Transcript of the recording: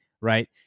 right